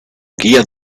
guia